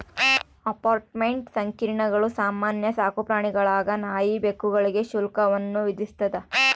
apartment ಸಂಕೀರ್ಣಗಳು ಸಾಮಾನ್ಯ ಸಾಕುಪ್ರಾಣಿಗಳಾದ ನಾಯಿ ಬೆಕ್ಕುಗಳಿಗೆ ಶುಲ್ಕವನ್ನು ವಿಧಿಸ್ತದ